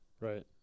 Right